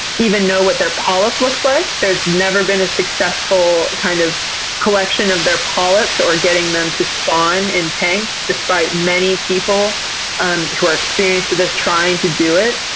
even know what their polyp looks like. there's never been a successful kind of collection of their polyps or getting them to spawn in tanks despite many people and who are experienced with this trying to do it.